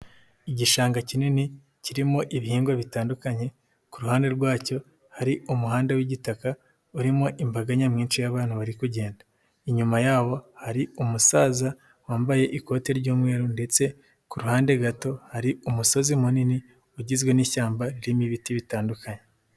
Igishanga kinini kirimo ibihingwa bitandukanye, ku ruhande rwacyo hari umuhanda w'igitaka urimo imbaga nyamwinshi y'abantu bari kugenda. Inyuma yabo hari umusaza wambaye ikoti ry'umweru ndetse ku ruhande gato hari umusozi munini ugizwe n'ishyamba ririmo ibiti bitandukanye.